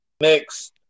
Next